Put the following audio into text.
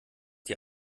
die